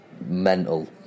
mental